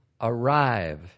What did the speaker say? arrive